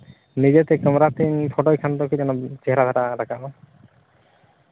ᱱᱤᱡᱮ ᱛᱮ ᱠᱮᱢᱮᱨᱟ ᱛᱤᱧ ᱯᱷᱳᱴᱳᱭ ᱠᱷᱟᱱ ᱫᱚ ᱪᱮᱦᱨᱟ ᱫᱷᱟᱨᱟᱜᱮ ᱨᱟᱠᱟᱵᱽᱼᱟ